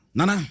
Nana